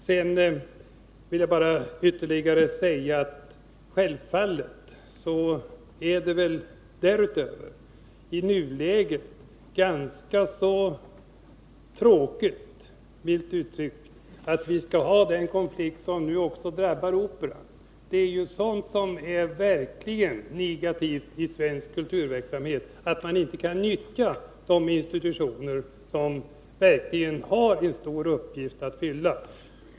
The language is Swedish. Jag vill bara ytterligare säga att det självfallet därutöver i nuläget är ganska tråkigt — milt uttryckt — att vi skall ha den konflikt som nu också drabbar Operan. Det är sådant som är negativt i svensk kulturverksamhet — att man inte kan nyttja de institutioner som verkligen har en stor uppgift att fylla.